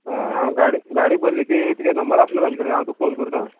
हय हांव गाडी गाडी भरली की तुगे नंबर आसा न्हू म्हजे कडेन हांव तुका फोन करता